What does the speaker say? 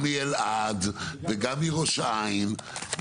גם אלעד וגם ראש העין,